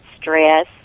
stress